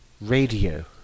Radio